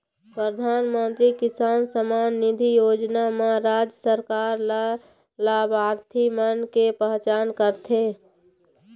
परधानमंतरी किसान सम्मान निधि योजना म राज सरकार ल लाभार्थी मन के पहचान करथे